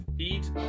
Eat